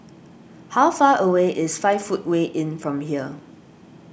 how far away is five Footway Inn from here